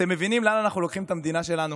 אתם מבינים לאן אנחנו לוקחים את המדינה שלנו?